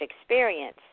experience